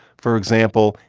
for example,